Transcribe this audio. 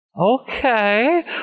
okay